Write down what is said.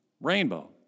Rainbow